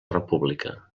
república